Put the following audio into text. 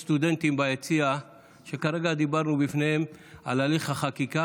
יש סטודנטים ביציע שכרגע דיברנו בפניהם על הליך החקיקה.